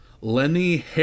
Lenny